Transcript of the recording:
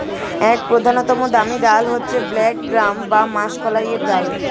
এক প্রধানতম দামি ডাল হচ্ছে ব্ল্যাক গ্রাম বা মাষকলাইয়ের ডাল